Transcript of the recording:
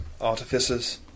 artificers